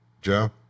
Joe